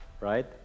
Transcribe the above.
right